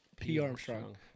P-Armstrong